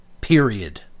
period